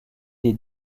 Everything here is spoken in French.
des